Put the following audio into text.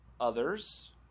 others